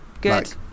good